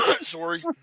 Sorry